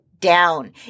down